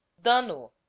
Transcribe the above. damno